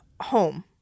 Home